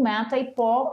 metai po